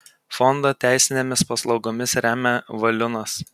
fondą teisinėmis paslaugomis remia valiunas